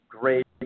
great